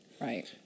right